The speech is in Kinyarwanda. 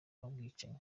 ubwicanyi